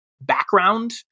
background